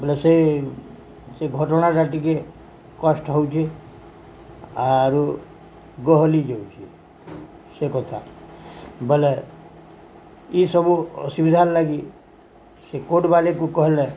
ବୋଇଲେ ସେ ସେ ଘଟଣାଟା ଟିକେ କଷ୍ଟ ହେଉଛି ଆରୁ ଗହଳି ଯାଉଛି ସେ କଥା ବଲେ ଇସବୁ ଅସୁବିଧା ଲାଗି ସେ କୋର୍ଟ ବାଲିିକ୍କୁ କହିଲେ